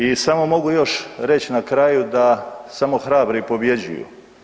I samo mogu još reć na kraju da samo hrabri pobjeđuju.